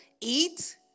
eat